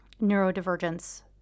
neurodivergence